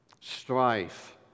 strife